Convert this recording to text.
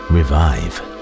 Revive